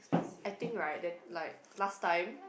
I think right that like last time